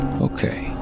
Okay